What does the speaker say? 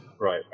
right